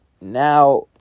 now